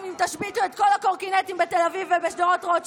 אם תשביתו את כל הקורקינטים בתל אביב ובשדרות רוטשילד.